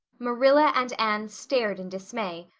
marilla and anne stared in dismay,